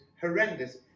horrendous